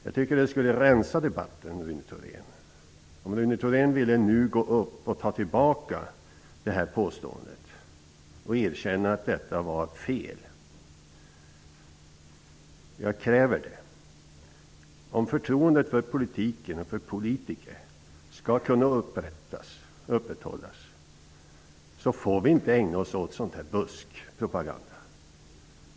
Jag tycker att det skulle rensa debatten om Rune Thorén ville ta tillbaka påståendet och erkänna att det var felaktigt. Jag kräver det. Om förtroendet för politiken och politiker skall kunna upprätthållas får vi inte ägna oss åt buskpropaganda.